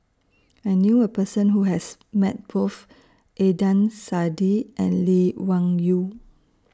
I knew A Person Who has Met Both Adnan Saidi and Lee Wung Yew